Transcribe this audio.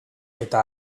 eta